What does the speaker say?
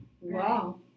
Wow